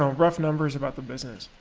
rough numbers about the business.